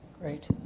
Great